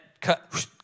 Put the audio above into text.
cut